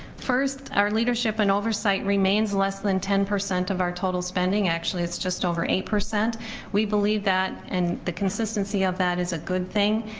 first, our leadership and oversight remains less than ten percent of our total spending, actually it's just over eight. we believe that and the consistency of that is a good thing.